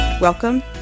Welcome